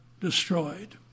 destroyed